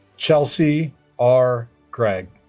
chelsea r. gregg